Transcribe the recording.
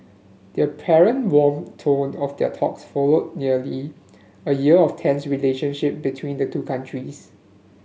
the apparent warm tone of their talks followed nearly a year of tense relationship between the two countries